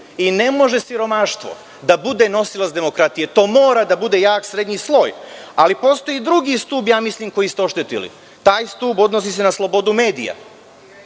i ne može siromaštvo da bude nosilac demokratije. To mora da bude jak srednji sloj. Ali, postoji i drugi stub koji ste oštetili. Taj stub odnosi se na slobodu medija.